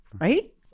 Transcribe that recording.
right